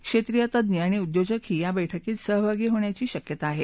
क्षेत्रीय तज्ज्ञ आणि उद्योजकही या बैठकीत सहभागी होण्याची शक्यता आहे